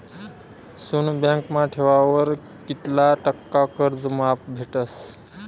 सोनं बँकमा ठेवावर कित्ला टक्का कर्ज माफ भेटस?